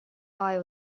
eye